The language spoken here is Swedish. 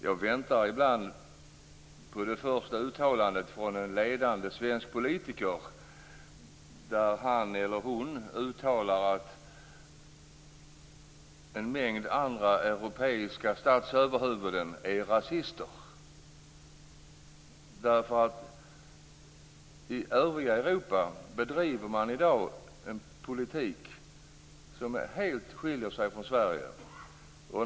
Jag väntar ibland på det första uttalandet från en ledande svensk politiker där han eller hon säger att en mängd europeiska statsöverhuvuden är rasister. I övriga Europa bedriver man i dag en politik som helt skiljer sig från Sveriges.